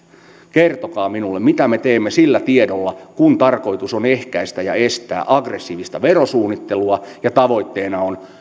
kertokaa minulle mitä me teemme sillä tiedolla kun tarkoitus on ehkäistä ja estää aggressiivista verosuunnittelua ja tavoitteena on